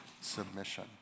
submission